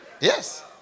Yes